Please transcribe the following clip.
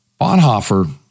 Bonhoeffer